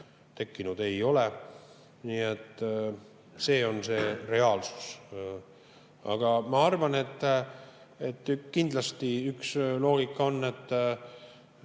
tekkinud ei ole. Nii et see on see reaalsus. Aga ma arvan, et kindlasti üks loogika on, et